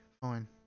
fine